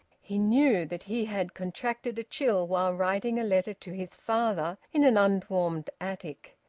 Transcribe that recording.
he knew that he had contracted a chill while writing a letter to his father in an unwarmed attic,